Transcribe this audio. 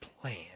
plan